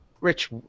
Rich